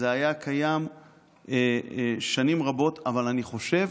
זה היה קיים שנים רבות, אבל אני חושב